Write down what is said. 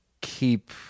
keep